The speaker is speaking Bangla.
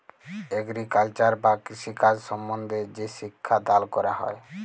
এগ্রিকালচার বা কৃষিকাজ সম্বন্ধে যে শিক্ষা দাল ক্যরা হ্যয়